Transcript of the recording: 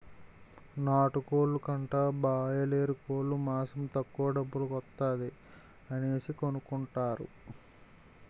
నాటుకోలు కంటా బాయలేరుకోలు మాసం తక్కువ డబ్బుల కొత్తాది అనేసి కొనుకుంటారు